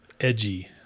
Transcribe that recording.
edgy